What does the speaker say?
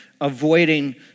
avoiding